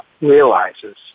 realizes